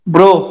Bro